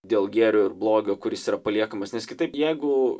dėl gėrio ir blogio kuris yra paliekamas nes kitaip jeigu